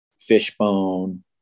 fishbone